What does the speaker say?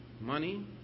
money